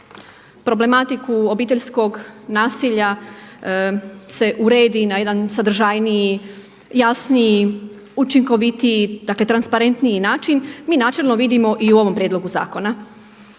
problematiku obiteljskog nasilja se uredi na jedan sadržajniji, jasniji, učinkovitiji dakle transparentniji način mi načelno vidimo i u ovom prijedlogu zakona.